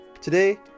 Today